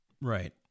right